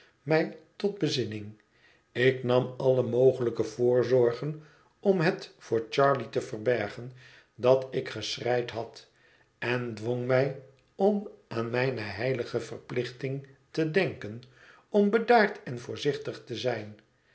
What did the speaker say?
mij tot bezinning ik nam alle mogelijke voorzorgen om het voor charley te verbergen dat ik geschreid had en dwong mij om aan mijne heilige verplichting te denken om bedaard en voorzichtig te zijn